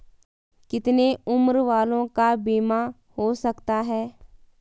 कितने उम्र वालों का बीमा हो सकता है?